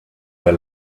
der